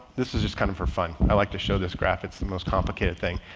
this is just kind of for fun. i like to show this graph. it's the most complicated thing,